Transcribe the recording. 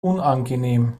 unangenehm